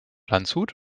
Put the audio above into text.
landshut